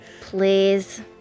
Please